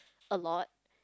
a lot